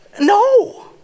No